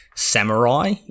samurai